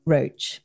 Roach